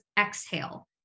exhale